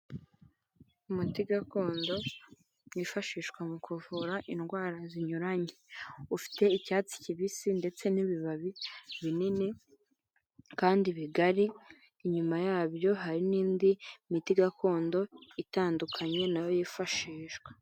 Umuti gakondo wifashishwa mu kuvura indwara zinyuranye ufite icyatsi kibisi ndetse n'ibibabi binini kandi bigari, inyuma yabyo hari n'indi miti gakondo itandukanye nayo yifashishwa.